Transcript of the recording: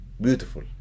beautiful